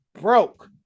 broke